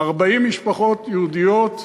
40 משפחות יהודיות מצוינות,